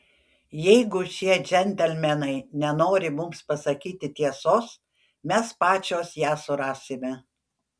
jeigu šie džentelmenai nenori mums pasakyti tiesos mes pačios ją surasime